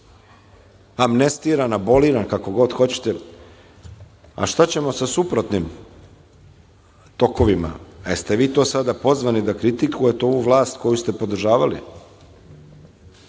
amnestiran, aboliran, kako god hoćete, a šta ćemo sa suprotnim tokovima? Jeste li vi to sada pozvani da kritikujete ovu vlast koju ste podržavali?